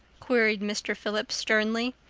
queried mr. phillips sternly.